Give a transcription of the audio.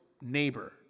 neighbor